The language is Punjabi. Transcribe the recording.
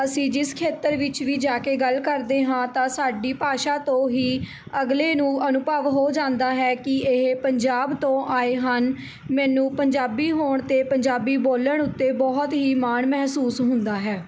ਅਸੀਂ ਜਿਸ ਖੇਤਰ ਵਿੱਚ ਵੀ ਜਾ ਕੇ ਗੱਲ ਕਰਦੇ ਹਾਂ ਤਾਂ ਸਾਡੀ ਭਾਸ਼ਾ ਤੋਂ ਹੀ ਅਗਲੇ ਨੂੰ ਅਨੁਭਵ ਹੋ ਜਾਂਦਾ ਹੈ ਕਿ ਇਹ ਪੰਜਾਬ ਤੋਂ ਆਏ ਹਨ ਮੈਨੂੰ ਪੰਜਾਬੀ ਹੋਣ ਅਤੇ ਪੰਜਾਬੀ ਬੋਲਣ ਉੱਤੇ ਬਹੁਤ ਹੀ ਮਾਣ ਮਹਿਸੂਸ ਹੁੰਦਾ ਹੈ